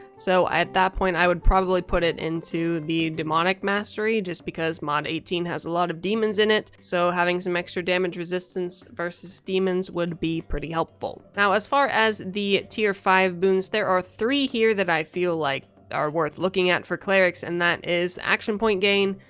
so at that point i would probably put it into the demonic mastery, just because mod eighteen has a lot of demons in it, so having some extra damage resistance versus demons would be pretty helpful. now as far as the tier five boons, there are three here that i feel like are worth looking at for clerics, and that is action point gain,